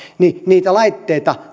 niitä niitä laitteita